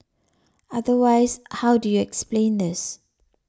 otherwise how do you explain this